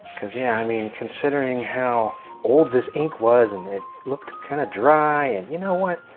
cause yeah i mean considering how old this ink was and it looked kind of dry and you know what,